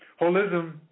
Holism